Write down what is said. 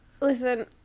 listen